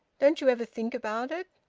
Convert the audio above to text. don't you ever think about it?